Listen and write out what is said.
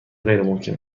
غیرممکن